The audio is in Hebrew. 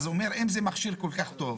אז אני אומר אם זה מכשיר כל כך טוב,